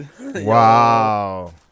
Wow